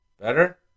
Better